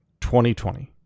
2020